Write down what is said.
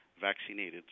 vaccinated